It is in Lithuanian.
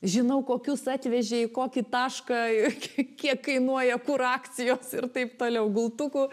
žinau kokius atvežė į kokį tašką kiek kainuoja kur akcijos ir taip toliau gultukų